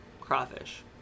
crawfish